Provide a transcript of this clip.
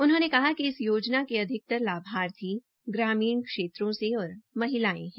उन्होंने कहा कि इस योजना के अधिकतर लाभार्थी ग्रामीण क्षेत्रों में और महिलायें है